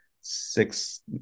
six